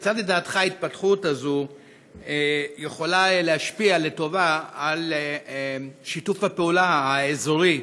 כיצד לדעתך ההתפתחות הזו יכולה להשפיע לטובה על שיתוף הפעולה האזורי,